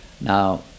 Now